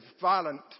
violent